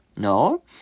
No